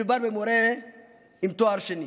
מדובר במורה עם תואר שני,